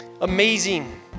amazing